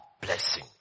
blessing